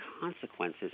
consequences